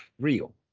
real